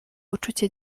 uczucie